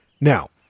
Now